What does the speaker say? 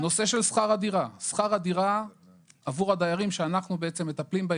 נושא שכר הדירה שכר הדירה עבור הדיירים שאנחנו מטפלים בהם,